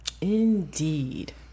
Indeed